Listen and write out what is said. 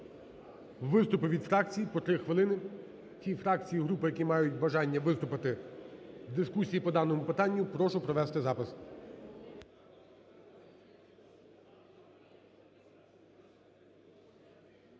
виступи від фракцій по 3 хвилини. Ті фракції і групи, які мають бажання виступити в дискусії по даному питанню, прошу провести запис.